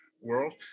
world